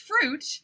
fruit